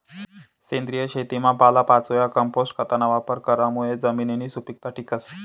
सेंद्रिय शेतीमा पालापाचोया, कंपोस्ट खतना वापर करामुये जमिननी सुपीकता टिकस